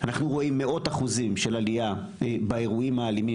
אנחנו רואים מאות אחוזים של עלייה באירועים האלימים